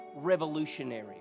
revolutionary